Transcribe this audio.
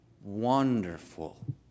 wonderful